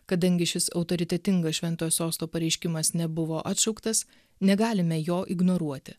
kadangi šis autoritetingas šventojo sosto pareiškimas nebuvo atšauktas negalime jo ignoruoti